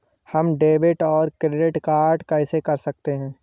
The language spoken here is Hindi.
हम डेबिटऔर क्रेडिट कैसे कर सकते हैं?